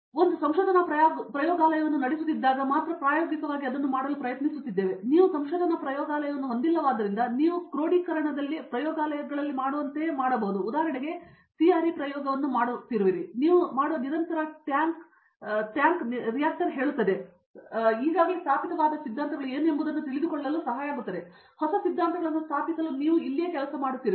ನಾವು ಒಂದು ಸಂಶೋಧನಾ ಪ್ರಯೋಗಾಲಯವನ್ನು ನಡೆಸುತ್ತಿದ್ದಾಗ ಮಾತ್ರ ಪ್ರಾಯೋಗಿಕವಾಗಿ ಅದನ್ನು ಮಾಡಲು ನಾವು ಪ್ರಯತ್ನಿಸುತ್ತಿದ್ದೇವೆ ನೀವು ಸಂಶೋಧನಾ ಪ್ರಯೋಗಾಲಯವನ್ನು ಹೊಂದಿಲ್ಲವಾದ್ದರಿಂದ ನೀವು ಕ್ರೋಢೀಕರಣದಲ್ಲಿ ಪ್ರಯೋಗಾಲಯಗಳಲ್ಲಿ ಮಾಡುವಂತೆಯೇ ನೀವು ಉದಾಹರಣೆಗೆ CRE ಪ್ರಯೋಗವನ್ನು ಮಾಡುತ್ತಿರುವಿರಿ ನೀವು ಮಾಡುವ ನಿರಂತರ ಟ್ಯಾಂಕ್ ರಿಯಾಕ್ಟರ್ ಹೇಳುತ್ತವೆ ಈಗಾಗಲೇ ಸ್ಥಾಪಿತವಾದ ಸಿದ್ಧಾಂತಗಳು ಏನು ಎಂಬುದನ್ನು ತಿಳಿದುಕೊಳ್ಳಲು ಹೊಸ ಸಿದ್ಧಾಂತಗಳನ್ನು ಸ್ಥಾಪಿಸಲು ನೀವು ಇಲ್ಲಿಯೇ ಮಾಡುತ್ತಿರುವಿರಿ